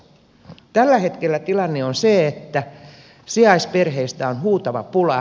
tällä hetkellä tilanne on se että sijaisperheistä on huutava pula